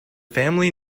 family